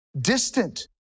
distant